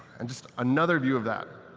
and just another view of that.